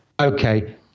Okay